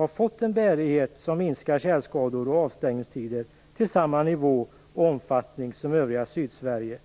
bedömning att det är möjligt att åstadkomma en bärighet för vägnätet i Dalsland så att tjälskador och avstängningstider minskar till samma nivå och omfattning som för övriga Sydsverige?